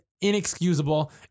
Inexcusable